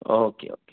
okay okay